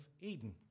Eden